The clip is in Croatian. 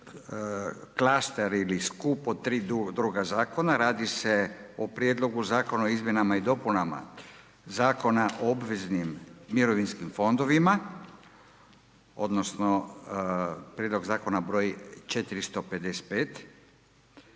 klaster, ili skup od tri druga Zakona. Radi se o: - Prijedlogu Zakona o izmjenama i dopunama Zakona o obveznim mirovinskim fondovima odnosno Prijedlog Zakona broj 455,